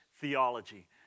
theology